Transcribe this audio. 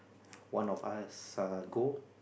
one of us err go